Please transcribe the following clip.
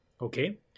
Okay